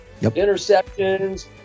interceptions